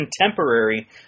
contemporary